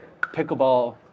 pickleball